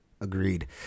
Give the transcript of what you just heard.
Agreed